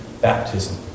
baptism